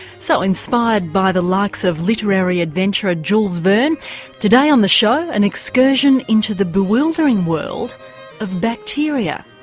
so inspired by the likes of literary adventurer jules verne today on the show an excursion into the bewildering world of bacteria.